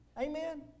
Amen